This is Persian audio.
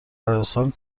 عربستان